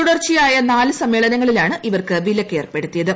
തുടർച്ചയായ നാല് സമ്മേളനങ്ങളിലാണ് ഇവർക്ക് വിലക്ക് ഏർപ്പെടുത്തിയത്